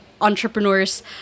entrepreneurs